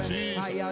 Jesus